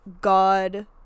god